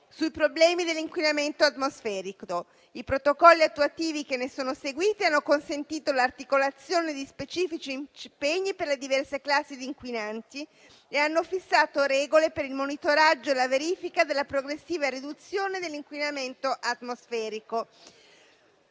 sui problemi dell'inquinamento atmosferico. I protocolli attuativi che ne sono seguiti hanno consentito l'articolazione di specifici impegni per le diverse classi di inquinanti e hanno fissato regole per il monitoraggio e la verifica della progressiva riduzione dell'inquinamento atmosferico.